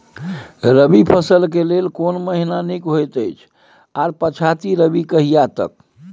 रबी फसल के लेल केना महीना नीक होयत अछि आर पछाति रबी कहिया तक?